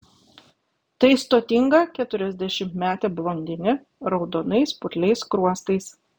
tai stotinga keturiasdešimtmetė blondinė raudonais putliais skruostais